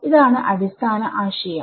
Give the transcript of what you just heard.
ഇതാണ് അടിസ്ഥാന ആശയം